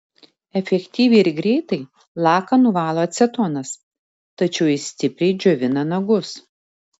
efektyviai ir greitai laką nuvalo acetonas tačiau jis stipriai džiovina nagus